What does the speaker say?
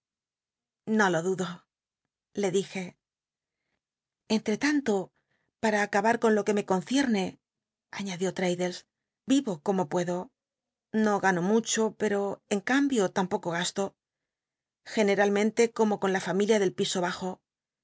o lo dudo le dije enii'ctanto pam acabar con lo que me concierne añadió frad llcs i o como puedo o gano mucho pero en cambio tampoco ga to generalmente como con la familia del piso bajo